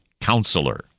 counselor